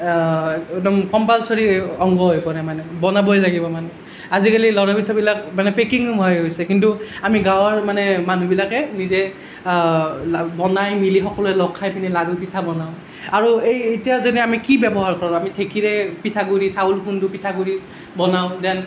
একদম কম্পালচৰী অংগ হৈ পৰে মানে বনাবই লাগিব মানে আজিকালি লাড়ু পিঠাবিলাক মানে পেকিং নোহোৱা হৈ গৈছে কিন্তু আমি গাঁৱৰ মানে মানুহবিলাকে নিজে বনাই মেলি সকলোৱে লগ খায় কিনে মিলি লাড়ু পিঠা বনাওঁ আৰু এই এতিয়া যেনে আমি কি ব্যৱহাৰ কৰোঁ আমি ঢেঁকীৰে পিঠাগুড়ি চাউল খুন্দু পিঠাগুড়ি বনাওঁ ডেন